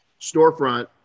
storefront